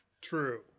True